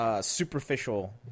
Superficial